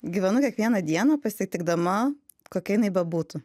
gyvenu kiekvieną dieną pasitikdama kokia jinai bebūtų